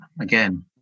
again